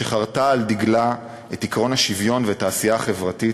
שחרתה על דגלה את עקרון השוויון ואת העשייה החברתית,